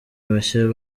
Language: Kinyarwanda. bashya